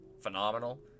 phenomenal